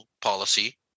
policy